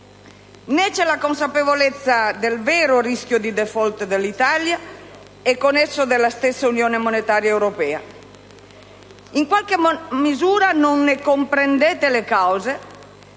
né c'è la consapevolezza del vero rischio di *default* dell'Italia e con esso della stessa Unione monetaria europea. In qualche misura non ne comprendete le cause,